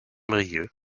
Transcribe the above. brieuc